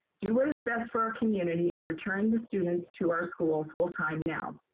do what is best for our community and return the students to our school full time now.